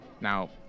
Now